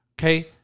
okay